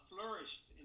flourished